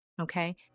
okay